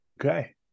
Okay